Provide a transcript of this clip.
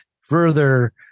further